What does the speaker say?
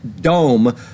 dome